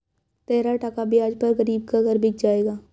तेरह टका ब्याज पर गरीब का घर बिक जाएगा